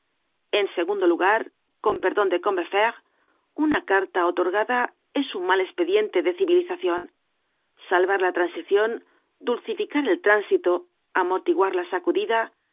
en segundo lugar con perdon de combeferre una carta otorgada es un mal espediente de civilizacion salvar la transicion dulcificar el tránsito amortiguar la sacudida